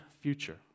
future